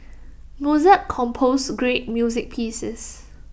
Mozart composed great music pieces